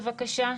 בבקשה.